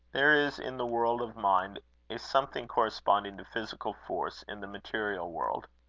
there is in the world of mind a something corresponding to physical force in the material world.